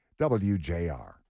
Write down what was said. WJR